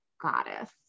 Goddess